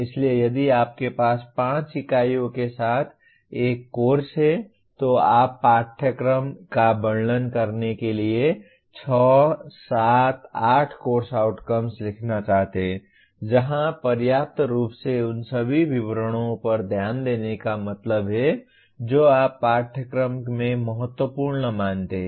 इसलिए यदि आपके पास 5 इकाइयों के साथ एक कोर्स है तो आप पाठ्यक्रम का वर्णन करने के लिए 6 7 8 कोर्स आउटकम्स लिखना चाहते हैं जहां पर्याप्त रूप से उन सभी विवरणों पर ध्यान देने का मतलब है जो आप पाठ्यक्रम में महत्वपूर्ण मानते हैं